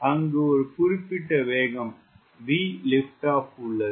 அங்கு ஒரு குறிப்பிட்ட வேகம் VLO உள்ளது